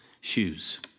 shoes